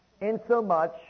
insomuch